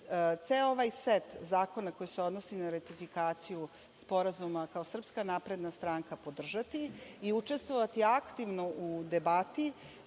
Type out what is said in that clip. ceo ovaj set zakona koji se odnosi na ratifikaciju sporazuma, kao SNS, podržati i učestvovati aktivno u debati,